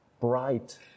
bright